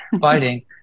fighting